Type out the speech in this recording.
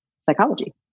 psychology